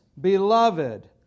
Beloved